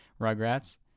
Rugrats